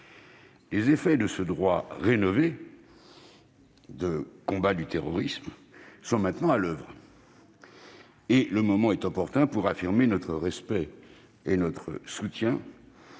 Les règles de ce droit rénové, qui vise à combattre le terrorisme, sont maintenant à l'oeuvre. Le moment est opportun pour affirmer notre respect et notre soutien